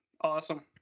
Awesome